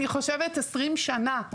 אני חושבת עשרים שנה,